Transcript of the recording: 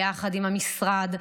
ביחד עם המשרד,